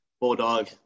Bulldog